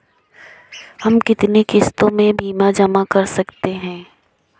हम कितनी किश्तों में बीमा जमा कर सकते हैं?